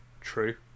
true